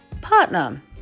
partner